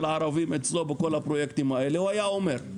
ערבים אצלו בכל הפרויקטים האלה הוא היה אומר.